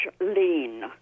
lean